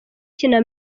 kina